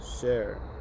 share